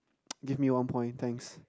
give me one point thanks